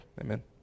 Amen